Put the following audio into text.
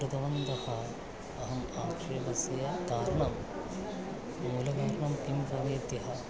कृतवन्तः अहम् आक्षेपस्य कारणं मूलकारणं किं भवेति